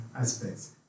aspects